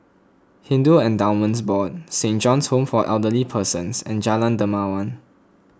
Hindu Endowments Board Saint John's Home for Elderly Persons and Jalan Dermawan